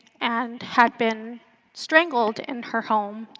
and had been strangled in her home.